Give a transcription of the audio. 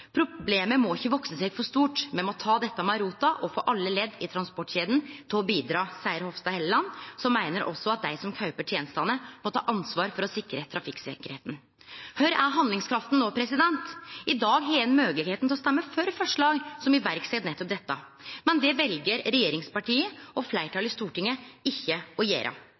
må ikke vokse seg for stort. Vi må ta det med rota og få alle ledd i transportkjeden til å bidra.» Dette sa Linda C. Hofstad Helleland, som meiner at også dei som kjøper tenestene, må ta ansvar for å sikre trafikksikkerheita. Kvar er handlingskrafta no? I dag har ein moglegheita til å stemme for forslag som set i verk nettopp dette. Men det vel regjeringspartia og fleirtalet i Stortinget ikkje å